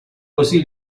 così